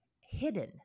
hidden